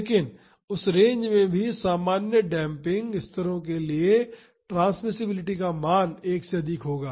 लेकिन उस रेंज में भी सामान्य डेम्पिंग स्तरों के लिए ट्रांसमिसिबिलिटी का मान 1 से अधिक होगा